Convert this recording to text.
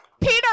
Peter